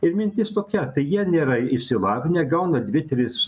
ir mintis tokia tai jie nėra išsilavinę gauna dvi tris